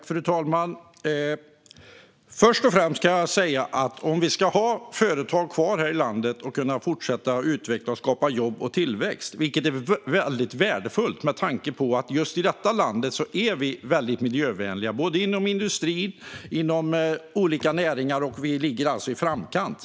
Fru talman! Först och främst kan jag säga detta: Det handlar om huruvida vi ska kunna ha kvar företag här i landet och om vi ska kunna fortsätta att utveckla och skapa jobb och tillväxt, vilket är väldigt värdefullt. Just i detta land är vi väldigt miljövänliga, både inom industrin och inom olika näringar. Vi ligger alltså i framkant.